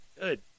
good